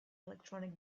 electronic